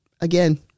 again